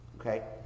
Okay